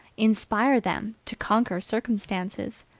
inspire them to conquer circumstances.